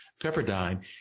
Pepperdine